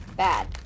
bad